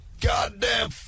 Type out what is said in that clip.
Goddamn